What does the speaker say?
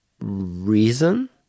reason